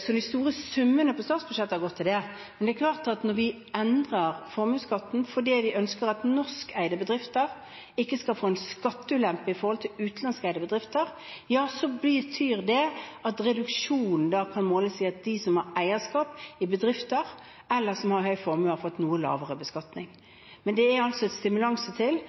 så de store summene på statsbudsjettet har gått til det. Men det er klart at når vi endrer formuesskatten fordi vi ønsker at norskeide bedrifter ikke skal få en skatteulempe i forhold til utenlandsk eide bedrifter, så betyr det at reduksjonen kan måles i at de som har eierskap i bedrifter eller som har høy formue, har fått noe lavere beskatning. Det er en stimulans til